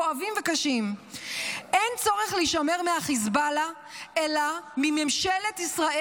כואבים וקשים: אין צורך להישמר מהחיזבאללה אלא מממשלת ישראל,